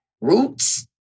roots